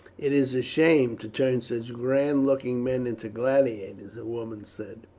it is a shame to turn such grand looking men into gladiators, a woman said.